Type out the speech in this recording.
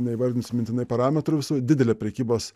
neįvardinsiu mintinai parametrus didelę prekybos